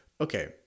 okay